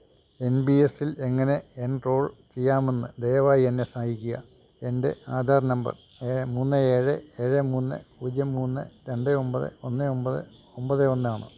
N P എസിൽ എങ്ങനെ enrol ചെയ്യാമെന്ന് ദയവായി എന്നെ സഹായിക്കുക എൻ്റെ ആധാർ നമ്പർ മൂന്ന് ഏഴ് ഏഴ് മൂന്ന് പൂജ്യം മൂന്ന് രണ്ട് ഒൻപത് ഒന്ന് ഒൻപത് ഒൻപത് ഒന്നാണ്